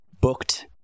booked